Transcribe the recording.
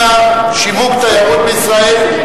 תמיכה בפיתוח התיירות, אתה מתכוון.